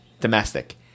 domestic